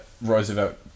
Roosevelt